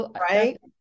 Right